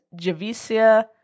Javicia